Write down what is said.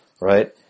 right